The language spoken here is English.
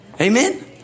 Amen